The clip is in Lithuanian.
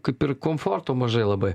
kaip ir komforto mažai labai